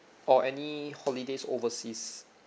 or any holidays overseas